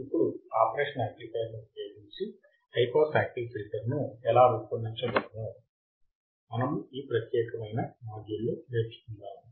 ఇప్పుడు operational amplifier ను ఉపయోగించి హై పాస్ యాక్టివ్ ఫిల్టర్ను ఎలా రూపొందించగలమో మనము ఈ ప్రత్యేకమైన మాడ్యూల్లో నేర్చుకుందాము